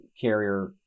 carrier